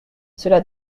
cela